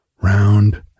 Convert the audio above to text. Round